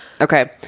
Okay